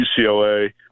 UCLA